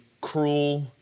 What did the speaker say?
cruel